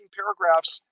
paragraphs